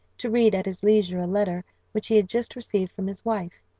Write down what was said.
to read at his leisure a letter which he had just received from his wife.